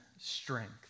strength